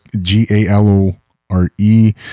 g-a-l-o-r-e